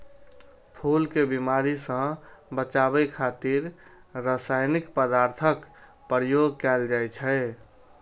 फूल कें बीमारी सं बचाबै खातिर रासायनिक पदार्थक प्रयोग कैल जाइ छै